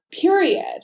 period